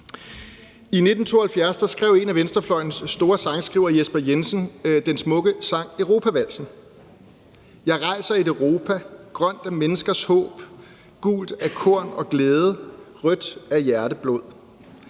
I 1972 skrev en af venstrefløjens store sangskrivere, Jesper Jensen, den smukke sang Europavalsen: »Jeg rejser i et Europa/grønt af menneskers håb/gult af korn og glæde/rødt af hjerteblod.«